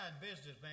businessman